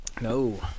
No